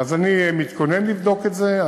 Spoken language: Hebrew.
אני מתכונן לבדוק את זה,